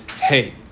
Hey